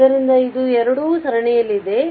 ಆದ್ದರಿಂದ ಇದು ಎರಡೂ ಸರಣಿಯಲ್ಲಿದೆ